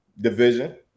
division